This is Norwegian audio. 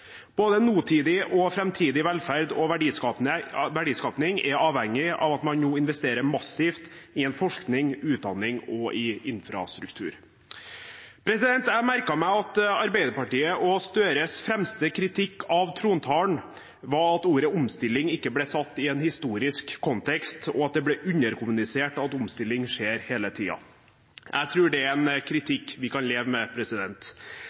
Både nåtidig og framtidig velferd og verdiskapning er avhengig av at man nå investerer massivt i forskning, utdanning og infrastruktur. Jeg merket meg at Arbeiderpartiet og Gahr Støres fremste kritikk av trontalen var at ordet «omstilling» ikke ble satt i en historisk kontekst, og at det ble underkommunisert at omstilling skjer hele tiden. Jeg tror det er en kritikk vi kan leve med.